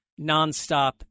nonstop